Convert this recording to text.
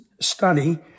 study